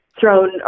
thrown